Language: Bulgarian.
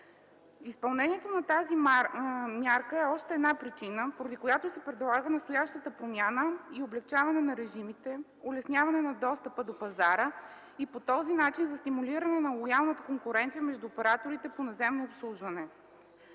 Изпълнението на тази мярка е още една причина, поради която се предлага настоящата промяна и облекчаване на режимите, улесняване на достъпа до пазара и по този начин стимулиране на лоялната конкуренция между операторите по наземно обслужване.